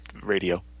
radio